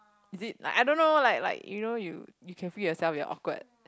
is it like I don't know like like you know you you can feel yourself you're awkward